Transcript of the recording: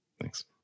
Thanks